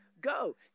go